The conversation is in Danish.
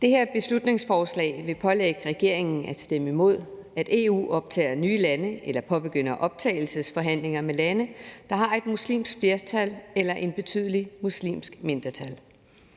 Det her beslutningsforslag vil pålægge regeringen at stemme imod, at EU optager nye lande eller påbegynder optagelsesforhandlinger med lande, der har et muslimsk flertal eller et betydeligt muslimsk mindretal.